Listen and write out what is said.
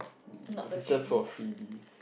it is just for freebies